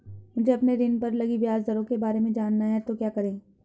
मुझे अपने ऋण पर लगी ब्याज दरों के बारे में जानना है तो क्या करें?